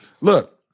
look